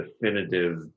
definitive